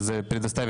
אנחנו הגענו להחלטה,